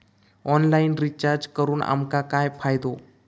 Online recharge करून आमका काय फायदो?